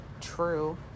true